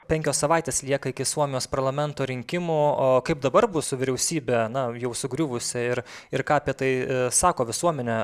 penkios savaitės lieka iki suomijos parlamento rinkimų o kaip dabar bus su vyriausybe na jau sugriuvusia ir ir ką apie tai sako visuomenė